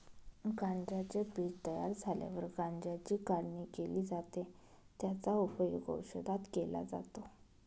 गांज्याचे पीक तयार झाल्यावर गांज्याची काढणी केली जाते, त्याचा उपयोग औषधात केला जातो